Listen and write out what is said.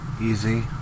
easy